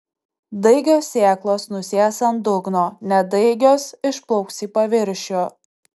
daigios sėklos nusės ant dugno nedaigios išplauks į paviršių